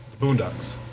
Boondocks